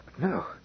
No